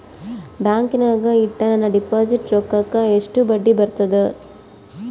ಬ್ಯಾಂಕಿನಾಗ ಇಟ್ಟ ನನ್ನ ಡಿಪಾಸಿಟ್ ರೊಕ್ಕಕ್ಕ ಎಷ್ಟು ಬಡ್ಡಿ ಬರ್ತದ?